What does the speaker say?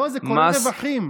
לא, זה כולל רווחים.